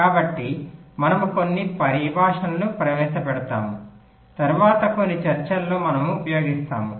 కాబట్టి మనము కొన్ని పరిభాషలను ప్రవేశపెడతాము తరువాత కొన్ని చర్చలలో మనం ఉపయోగిస్తాము